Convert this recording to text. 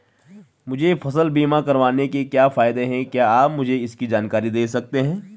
मुझे फसल बीमा करवाने के क्या फायदे हैं क्या आप मुझे इसकी जानकारी दें सकते हैं?